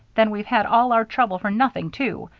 then we've had all our trouble for nothing, too.